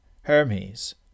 Hermes